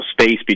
space